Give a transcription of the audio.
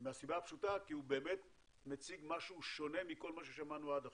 מהסיבה הפשוטה כי הוא באמת מציג משהו שונה מכל מה ששמענו עד עכשיו.